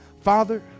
Father